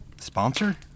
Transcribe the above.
Sponsor